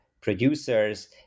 producers